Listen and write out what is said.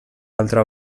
altra